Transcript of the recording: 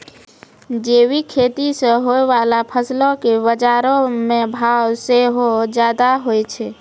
जैविक खेती से होय बाला फसलो के बजारो मे भाव सेहो ज्यादा होय छै